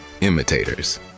imitators